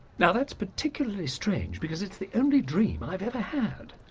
now that's particularly strange because it's the only dream i've ever had.